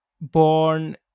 born